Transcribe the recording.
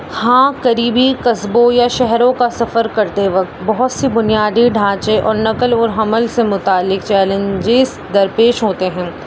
ہاں قریبی قصبوں یا شہروں کا سفر کرتے وقت بہت سی بنیادی ڈھانچے اور نقل اور حمل سے متعلق چیلنجز در پیش ہوتے ہیں